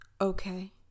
Okay